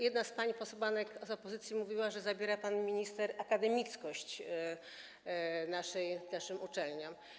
Jedna z pań posłanek z opozycji mówiła, że zabiera pan minister akademickość naszym uczelniom.